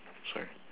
sorry